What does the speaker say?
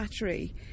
Battery